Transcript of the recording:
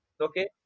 okay